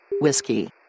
Whiskey